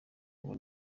ngo